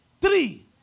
Three